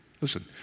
Listen